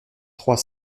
trois